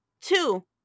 Two